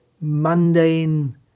mundane